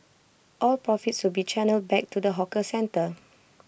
all profits will be channelled back to the hawker centre